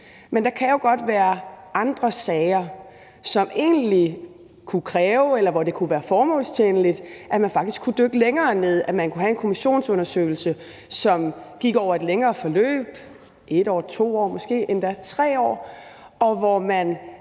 Men der kan jo godt være andre sager, som egentlig kunne kræve, eller hvor det kunne være formålstjenligt, at man faktisk kunne dykke længere ned. Man kunne have en kommissionsundersøgelse, som gik over et længere forløb – 1 år, 2 år, måske endda 3 år – og hvor man